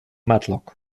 matlock